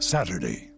Saturday